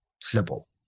Simple